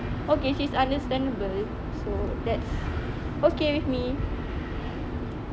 okay she's understandable so that's okay with me